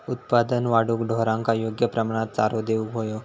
उत्पादन वाढवूक ढोरांका योग्य प्रमाणात चारो देऊक व्हयो